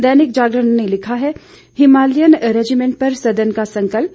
दैनिक जागरण ने लिखा है हिमालयन रेजिमेंट पर सदन का संकल्प